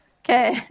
Okay